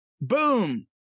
Boom